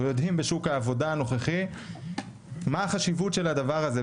ויודעים בשוק העבודה הנוכחי מה החשיבות של הדבר הזה?